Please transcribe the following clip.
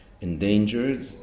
endangered